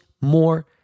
more